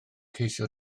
ceisio